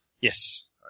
Yes